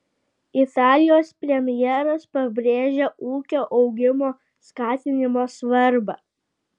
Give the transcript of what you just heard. italijos premjeras pabrėžė ūkio augimo skatinimo svarbą